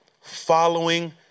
following